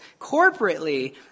corporately